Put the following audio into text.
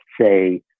say